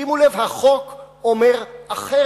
שימו לב, החוק אומר אחרת,